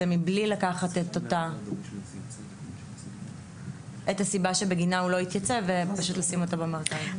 מבלי לקחת את הסיבה שבגינה הוא לא התייצב ופשוט לשים אותה במרכז.